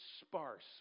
sparse